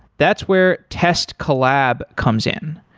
that's where test collab comes in.